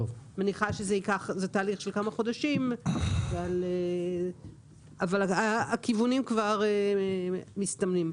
מניחה שזה תהליך של כמה חודשים אבל הכיוונים כבר מסתמנים.